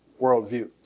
worldview